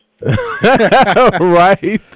right